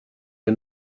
you